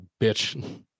bitch